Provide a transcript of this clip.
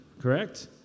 correct